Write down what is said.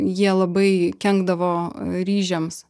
jie labai kenkdavo ryžiams